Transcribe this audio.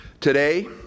Today